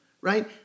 right